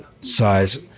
size